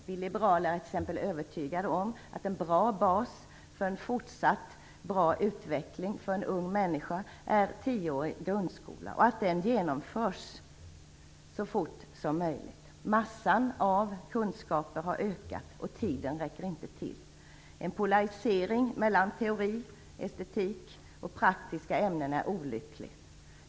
Vi liberaler är t.ex. övertygade om att en bra bas för en fortsatt bra utveckling för en ung människa är tioårig grundskola och att den genomförs så fort som möjligt. Massan av kunskaper har ökat och tiden räcker inte till. En polarisering mellan teori, estetik och praktiska ämnen är olycklig.